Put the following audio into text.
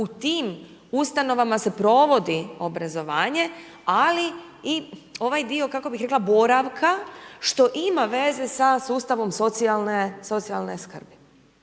u tim Ustanovama se provodi obrazovanje, ali i ovaj dio, kako bih rekla boravka, što ima veze sa sustavom socijalne skrbi.